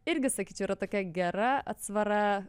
irgi sakyčiau yra tokia gera atsvara